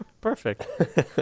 Perfect